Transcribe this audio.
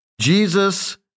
Jesus